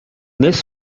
this